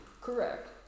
Correct